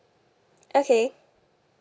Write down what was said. okay